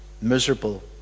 miserable